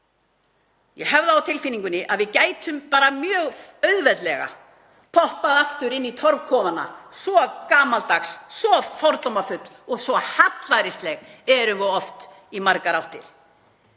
Ég hef það á tilfinningunni að við gætum bara mjög auðveldlega poppað aftur inn í torfkofana, svo gamaldags, svo fordómafull og svo hallærisleg erum við oft í margar áttir.